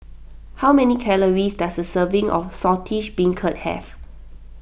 how many calories does a serving of Saltish Beancurd have